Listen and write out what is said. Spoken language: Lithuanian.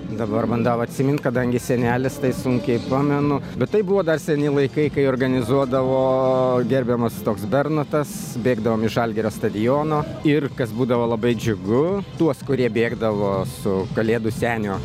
dabar bandau atsimint kadangi senelis tai sunkiai pamenu bet tai buvo dar seni laikai kai organizuodavo gerbiamas toks bernotas bėgdavom iš žalgirio stadiono ir kas būdavo labai džiugu tuos kurie bėgdavo su kalėdų senio